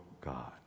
God